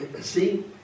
see